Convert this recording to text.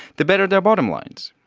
the better their bottom lines.